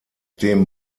dem